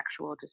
actual